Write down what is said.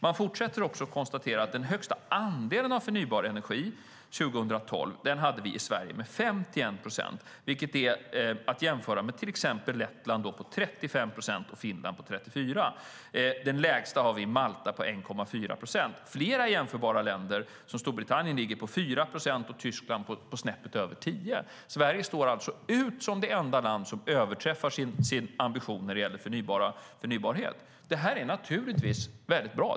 Man fortsätter med att konstatera att den högsta andelen av förnybar energi 2012 hade vi i Sverige med 51 procent, att jämföra med till exempel Lettland på 35 procent och Finland på 34. Den lägsta har de i Malta på 1,4 procent. Bland jämförbara länder ligger Storbritannien på 4 procent och Tyskland snäppet över 10. Sverige står alltså ut som det enda land som överträffar sin ambition när det gäller förnybarhet. Det är naturligtvis väldigt bra.